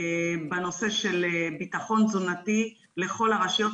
בנושא של ביטחון תזונתי לכל הרשויות.